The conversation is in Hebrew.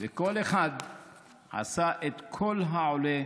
וכל אחד עשה ככל העולה